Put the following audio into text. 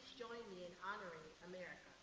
join me in honoring america.